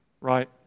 Right